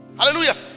Hallelujah